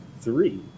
three